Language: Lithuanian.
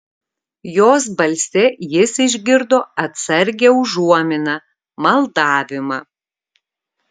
jos balse jis išgirdo atsargią užuominą maldavimą